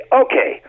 okay